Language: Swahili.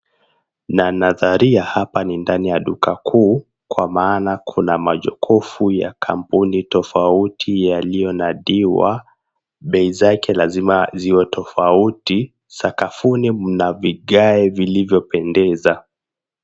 Nanandharia hapa ni ndani ya duka kuu kwa maana kuna majokofu ya kampuni tofauti tofauti yaliyonadiwa, bei zake lazima ziko tofauti. Sakafuni mna vigae vilivyopendeza.